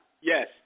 Yes